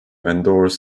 endorse